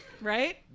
Right